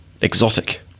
exotic